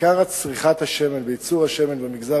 עיקר צריכת השמן וייצור השמן במגזר